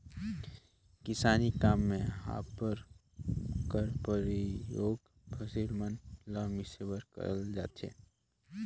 किसानी काम मे हापर कर परियोग फसिल मन ल मिसे बर करल जाथे